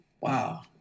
wow